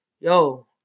yo